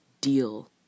deal